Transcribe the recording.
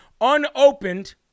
unopened